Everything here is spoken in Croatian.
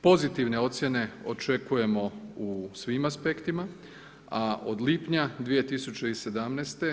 Pozitivne ocjene očekujemo u svim aspektima, a od lipnja 2017.